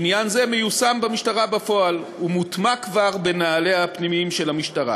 עניין זה מיושם במשטרה בפועל וכבר מוטמע בנהליה הפנימיים של המשטרה.